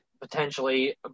potentially